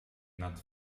not